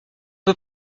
peu